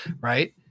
Right